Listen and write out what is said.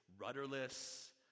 rudderless